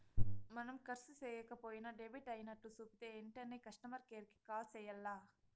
మనం కర్సు సేయక పోయినా డెబిట్ అయినట్లు సూపితే ఎంటనే కస్టమర్ కేర్ కి కాల్ సెయ్యాల్ల